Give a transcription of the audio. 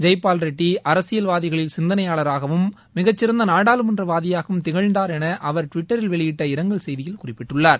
ஜெய்பால் ரெட்டி அரசியல்வாதிகளில் சிந்தனையாளராகவும் மிகச்சிறந்த நாடாளுமன்ற வாதியாகவும் திகழ்ந்தார் என அவர் டுவிட்டரில் வெளியிட்ட இரங்கல் செய்தியில் குறிப்பிட்டுள்ளார்